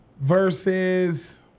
versus –